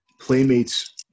Playmates